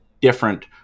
different